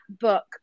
book